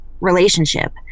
relationship